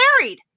married